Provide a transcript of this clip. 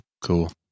Cool